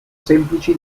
semplici